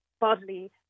bodily